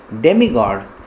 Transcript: demigod